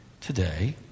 today